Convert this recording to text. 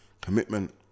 commitment